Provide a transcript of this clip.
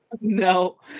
No